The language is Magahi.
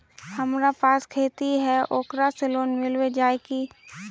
हमरा पास खेती है ओकरा से लोन मिलबे जाए की?